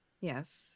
Yes